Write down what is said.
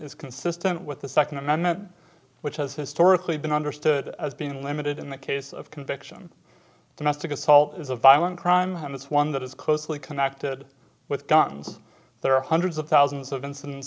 is consistent with the second amendment which has historically been understood as being limited in the case of conviction domestic assault is a violent crime and that's one that is closely connected with guns there are hundreds of thousands of incidents